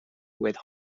with